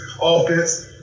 offense